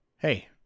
Hey